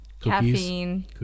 Caffeine